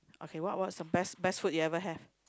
okay what what was the best best food you ever had